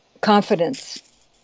confidence